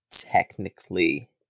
technically